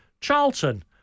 Charlton